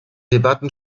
debatten